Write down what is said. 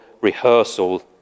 rehearsal